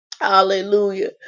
hallelujah